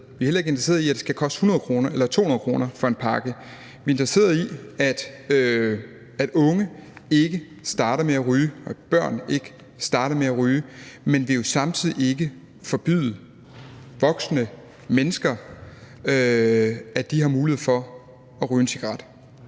Vi er heller ikke interesserede i, at det skal koste 100 kr. eller 200 kr. for en pakke. Vi er interesserede i, at unge ikke starter med at ryge, og at børn ikke starter med at ryge, men vi vil jo samtidig ikke forbyde voksne mennesker at ryge en cigaret.